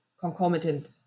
concomitant